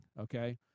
okay